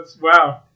Wow